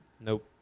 Nope